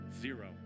Zero